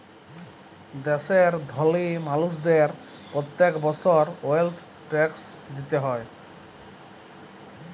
দ্যাশের ধলি মালুসদের প্যত্তেক বসর ওয়েলথ ট্যাক্স দিতে হ্যয়